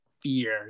fear